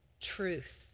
truth